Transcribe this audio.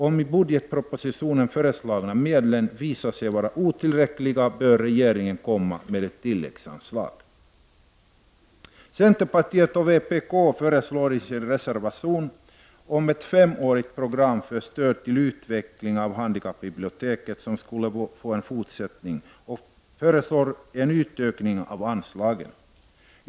Om de i budgetpropositionen föreslagna medlen visar sig vara otillräckliga bör regeringen komma med ett tilläggsanslag. Centerpartiet och vpk föreslår i sin reservation ett femårsprogram för stöd till fortsatt utveckling av handikappbiblioteket och en utökning av anslagen.